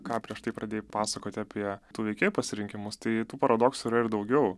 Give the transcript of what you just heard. ką prieš tai pradėjai pasakoti apie tų veikėjų pasirinkimus tai tų paradoksų yra ir daugiau